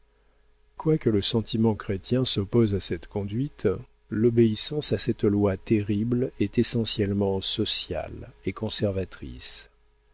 quoique le sentiment chrétien s'oppose à cette conduite l'obéissance à cette loi terrible est essentiellement sociale et conservatrice